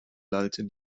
lallte